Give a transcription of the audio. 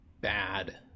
bad